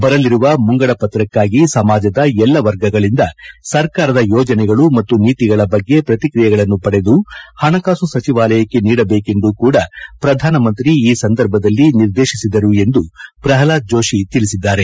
ಬರಲಿರುವ ಮುಂಗಡ ಪತ್ರಕ್ಕಾಗಿ ಸಮಾಜದ ಎಲ್ಲ ವರ್ಗಗಳಿಂದ ಸರ್ಕಾರದ ಯೋಜನೆಗಳು ಮತ್ತು ನೀತಿಗಳ ಬಗ್ಗೆ ಪ್ರತಿಕ್ರಿಯೆಗಳನ್ನು ಪಡೆದು ಪಣಕಾಸು ಸಚಿವಾಲಯಕ್ಕೆ ನೀಡಬೇಕೆಂದು ಕೂಡಾ ಪ್ರಧಾನಮಂತ್ರಿ ಈ ಸಂದರ್ಭದಲ್ಲಿ ನಿರ್ದೇಶಿಸಿದರು ಎಂದು ಪ್ರಹ್ಲಾದ್ ಜೋಷಿ ತಿಳಿಸಿದ್ದಾರೆ